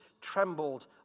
trembled